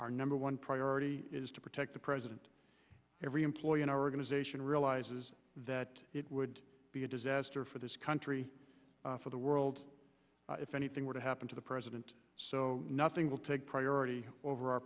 our number one priority is to protect the president every employee in our organization realizes that it would be a disaster for this country for the world if anything were to happen to the president so nothing will take priority over our